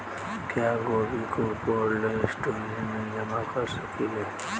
क्या गोभी को कोल्ड स्टोरेज में जमा कर सकिले?